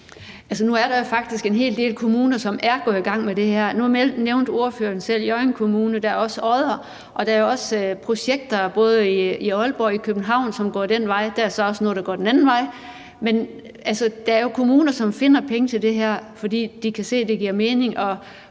nu er der jo faktisk en hel del kommuner, som er gået i gang med det her. Nu nævnte ordføreren selv Hjørring Kommune. Der er også Odder. Og der er også projekter i både Aalborg og København, der går den vej; der er så også nogle, der går den anden vej. Men altså, der er jo kommuner, som finder penge til det her, fordi de kan se, at det giver mening,